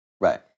Right